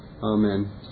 Amen